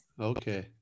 Okay